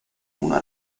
una